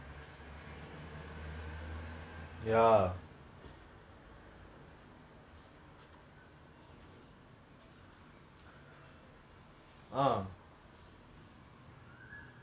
போதுமான:pothumaana rest தேவ அதனால அவங்க வந்து இதுலலாம் செஞ்சு:theva athanaala avanga vanthu ithulalaam senju and also for the drinking like after ten o'clock you see I think after they implemented that right அந்த குடிகார:antha kudikkaara case lah எல்லா கொறஞ்சி~ கொறஞ்சிட்டு:ellaa koranji~ koranjittu